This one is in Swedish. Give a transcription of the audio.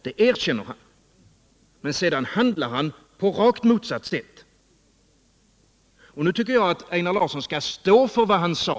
Det erkänner han, men sedan handlar han tvärtemot det han har sagt. Nu tycker jag att Einar Larsson skall stå för vad han sade.